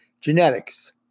genetics